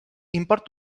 import